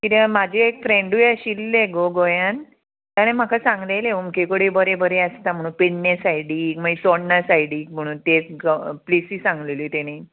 किद्या म्हाजे एक फ्रेंडूय आशिल्लें गो गोंयांत ताणें म्हाका सांगलेलें उमके कडे बरें बरें आसता म्हणून पेडण्या सायडीक मागीर चोडना सायडीक म्हणून ते प्लेसीस सांगलेल्यो तेणी